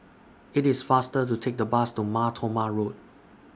IT IS faster to Take The Bus to Mar Thoma Road